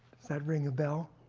that ring a bell?